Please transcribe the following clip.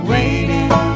Waiting